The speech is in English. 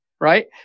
Right